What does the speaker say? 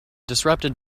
disrupted